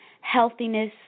healthiness